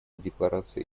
декларации